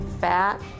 fat